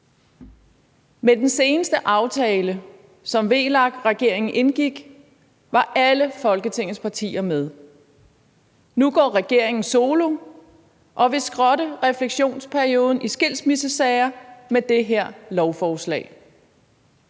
I den seneste aftale, som VLAK-regeringen indgik, var alle Folketingets partier med. Nu går regeringen solo og vil skrotte refleksionsperioden i skilsmissesager med det her lovforslag.